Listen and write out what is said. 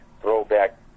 throwback